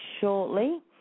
shortly